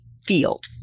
field